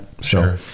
Sure